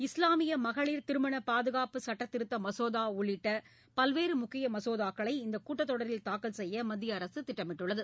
இஸ்லாமிய மகளிர் திருமண பாதுகாப்பு சட்டதிருத்த மசோதா உள்ளிட்ட பல்வேறு முக்கிய மசோதாக்களை இந்தக் கூட்டத் தொடரில் தாக்கல் செய்ய மத்திய அரசு திட்டமிட்டுள்ளது